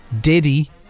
Diddy